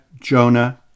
Jonah